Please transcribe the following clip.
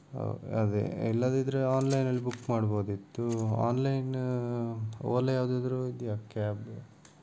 ಹೌದು ಅದೇ ಇಲ್ಲದಿದ್ದರೆ ಆನ್ಲೈನಲ್ಲಿ ಬುಕ್ ಮಾಡ್ಬೋದಿತ್ತು ಆನ್ಲೈನ ಓಲಾ ಯಾವುದಾದ್ರೂ ಇದೆಯಾ ಕ್ಯಾಬು